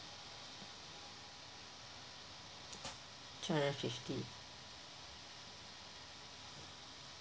two hundred fifty